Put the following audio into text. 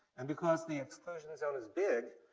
and because the exclusion zone is big,